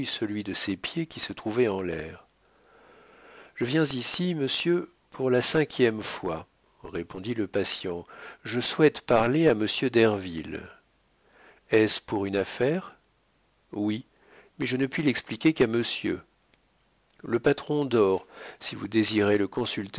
celui de ses pieds qui se trouvait en l'air je viens ici monsieur pour la cinquième fois répondit le patient je souhaite parler à monsieur derville est-ce pour affaire oui mais je ne puis l'expliquer qu'à monsieur le patron dort si vous désirez le